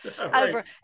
over